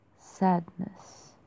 sadness